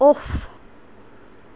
off